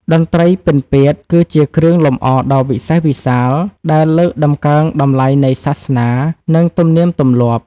តន្ត្រីពិណពាទ្យគឺជាគ្រឿងលម្អដ៏វិសេសវិសាល ដែលលើកតម្កើងតម្លៃនៃសាសនា និងទំនៀមទម្លាប់។